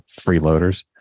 freeloaders